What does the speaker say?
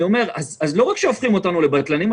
לא רק שהופכים אותנו לבטלנים,